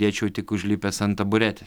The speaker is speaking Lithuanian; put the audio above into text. dėčiau tik užlipęs ant taburetės